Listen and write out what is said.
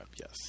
Yes